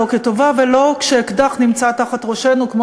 לא כטובה ולא כשאקדח נמצא מול ראשנו,